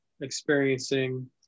experiencing